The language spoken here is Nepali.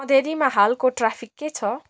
अँधेरीमा हालको ट्राफिक के छ